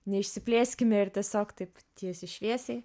neišsiplėskime ir tiesiog taip tiesiai šviesiai